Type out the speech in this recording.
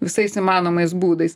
visais įmanomais būdais